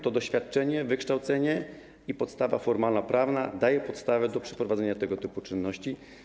To doświadczenie, wykształcenie i podstawa formalnoprawna dają podstawę do przeprowadzenia tego typu czynności.